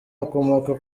akomoka